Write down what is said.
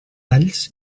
alls